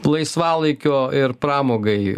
laisvalaikio ir pramogai